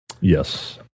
Yes